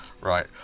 Right